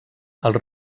els